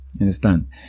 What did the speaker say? Understand